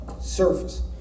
Surface